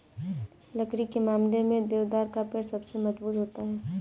लकड़ी के मामले में देवदार का पेड़ सबसे मज़बूत होता है